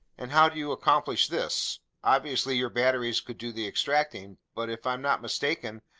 and how do you accomplish this? obviously your batteries could do the extracting but if i'm not mistaken,